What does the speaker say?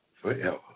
forever